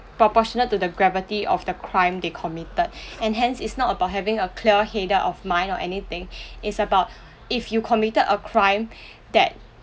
proportional to the gravity of the crime they committed and hence it's not about having a clear headed of mind or anything it's about if you committed a crime that